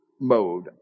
mode